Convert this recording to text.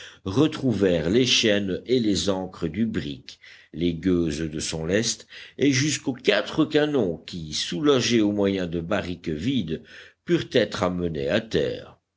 retrouvèrent les chaînes et les ancres du brick les gueuses de son lest et jusqu'aux quatre canons qui soulagés au moyen de barriques vides purent être amenés à terre